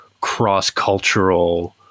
cross-cultural